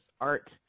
art